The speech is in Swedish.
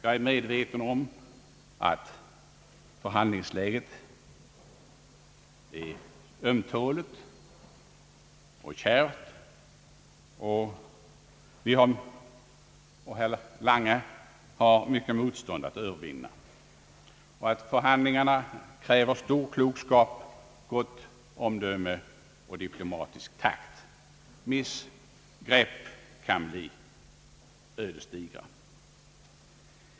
Jag är medveten om att förhandlingsläget är ömtåligt och kärvt — vi och herr Lange har mycket motstånd att övervinna — och att förhandlingarna kräver stor klokskap, gott omdöme och diplomatisk takt. Missgrepp kan bli ödesdigra.